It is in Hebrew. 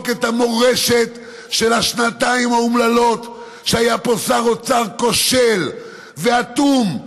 את המורשת של השנתיים האומללות שהיה פה שר אוצר כושל ואטום.